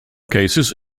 cases